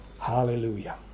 Hallelujah